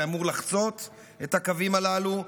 זה אמור לחצות את הקווים הללו,